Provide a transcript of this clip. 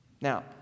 Now